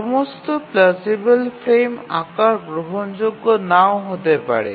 সমস্ত plausible frame আকার গ্রহণযোগ্য নাও হতে পারে